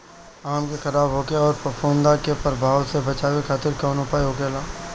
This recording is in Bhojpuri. आम के खराब होखे अउर फफूद के प्रभाव से बचावे खातिर कउन उपाय होखेला?